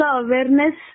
awareness